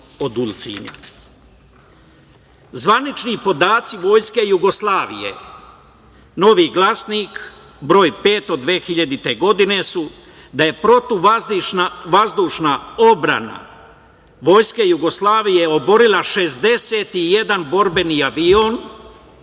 Ulcinja. Zvanični podaci vojske Jugoslavije, Novi glasnik br.5 od 2000. godine su da je protivvazdušna odbrana vojske Jugoslavije oborila 61 borbeni avion,